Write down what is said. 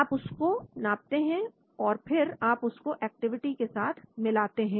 आप उसको नापते हैं और फिर आप उसको एक्टिविटी के साथ मिलाते हैं